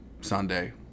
Sunday